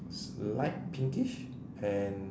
light pinkish and